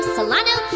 Solano